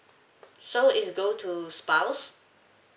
so it's go to spouse